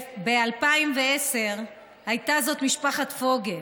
ב-2010 הייתה זאת משפחת פוגל,